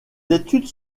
études